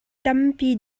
tampi